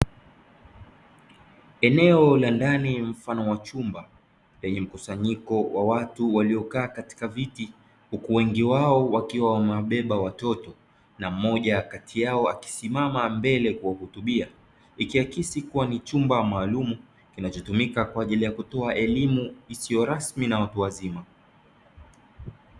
Eneo la ndani mfano wa chumba; lenye mkusanyiko wa watu waliokaa katika viti, huku wengi wao wakiwa wamewabeba watoto na mmoja kati yao akisimama mbele kuwahutubia; ikiakisi kuwa ni chumba maalumu kinachotumika kwa ajili ya kutoa elimu isiyo rasmi na watu wazima.